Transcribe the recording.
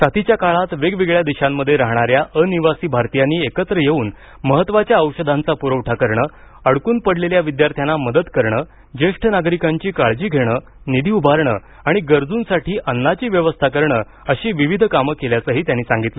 साथीच्या काळात वेगवेगळ्या देशांमध्ये राहणाऱ्या अनिवासी भारतीयांनी एकत्र येऊन महत्त्वाच्या औषधांचा पुरवठा करणं अडकून पडलेल्या विद्यार्थ्यांना मदत करणं ज्येष्ठ नागरिकांची काळजी घेणं निधी उभारणं आणि गरजूंसाठी अन्नाची व्यवस्था करणं अशी विविध कामं केल्याचंही त्यांनी सांगितलं